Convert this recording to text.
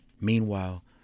Meanwhile